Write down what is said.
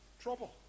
Trouble